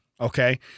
Okay